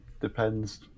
depends